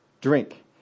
drink